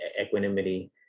equanimity